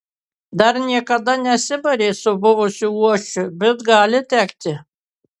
dar niekada nesibarė su buvusiu uošviu bet gali tekti